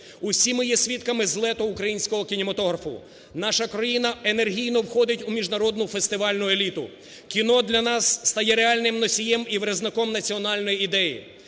Усім ми є свідками злету українського кінематографу. Наша країна енергійно входить у міжнародну фестивальну еліту. Кіно для нас стає реальним носієм і виразником національної ідеї.